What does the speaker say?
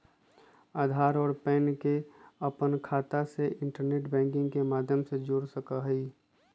आधार और पैन के अपन खाता से इंटरनेट बैंकिंग के माध्यम से जोड़ सका हियी